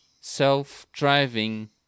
Self-driving